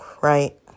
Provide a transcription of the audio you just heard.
right